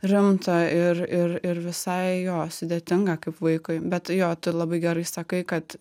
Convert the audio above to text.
rimta ir ir ir visai jo sudėtinga kaip vaikui bet jo tu labai gerai sakai kad